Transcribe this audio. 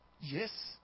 Yes